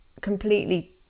completely